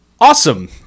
Awesome